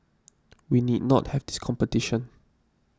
we need not have this competition